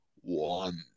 one